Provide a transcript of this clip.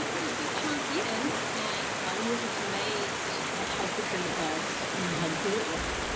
put a good chunk in. and we were just amazed at how different it was and how good it was.